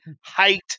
height